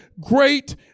great